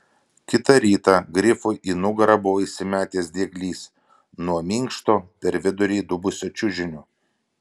kitą rytą grifui į nugarą buvo įsimetęs dieglys nuo minkšto per vidurį įdubusio čiužinio